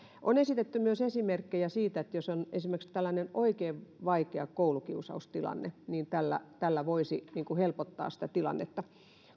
on esitetty myös esimerkkejä siitä että jos on esimerkiksi tällainen oikein vaikea koulukiusaustilanne niin tällä tällä voisi helpottaa sitä tilannetta